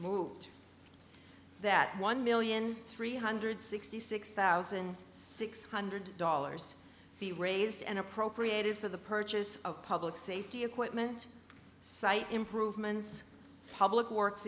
moved that one million three hundred sixty six thousand six hundred dollars he raised and appropriated for the purchase of public safety equipment site improvements public works